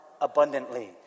abundantly